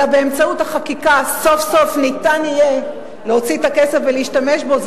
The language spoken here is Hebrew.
אלא באמצעות החקיקה סוף-סוף ניתן יהיה להוציא את הכסף ולהשתמש בו,